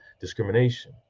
discrimination